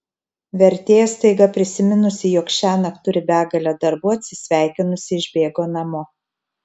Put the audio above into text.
vertėja staiga prisiminusi jog šiąnakt turi begalę darbų atsisveikinusi išbėgo namo